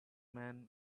man